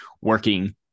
working